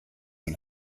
und